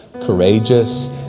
courageous